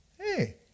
hey